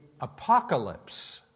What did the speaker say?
Apocalypse